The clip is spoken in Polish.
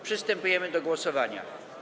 Przystępujemy do głosowania.